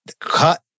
cut